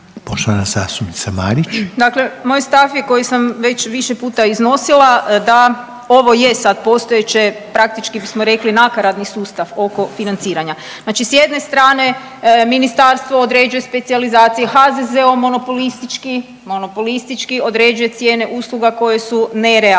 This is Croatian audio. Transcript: **Marić, Andreja (SDP)** Dakle, moj stav je koji sam već više puta iznosila da ovo je sad postojeće praktički smo rekli nakaradni sustav oko financiranja. Znači s jedne strane ministarstvo određuje specijalizacije, HZZO monopolistički, monopolistički određuje cijene usluga koje su nerealne.